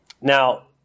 Now